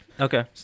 Okay